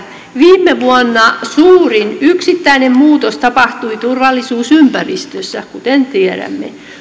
viime vuonna suurin yksittäinen muutos tapahtui turvallisuusympäristössä kuten tiedämme